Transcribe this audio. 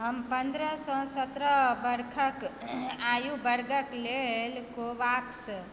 हम पन्द्रहसँ सत्रह बरखक आयु वर्गक लेल कोवैक्स